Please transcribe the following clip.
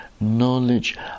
knowledge